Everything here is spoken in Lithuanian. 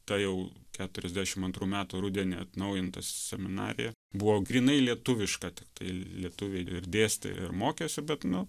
ta jau keturiasdešimt antrų metų rudenį atnaujinta seminarija buvo grynai lietuviška tiktai lietuviai ir dėstė ir mokėsi bet nu